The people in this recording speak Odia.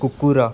କୁକୁର